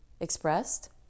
expressed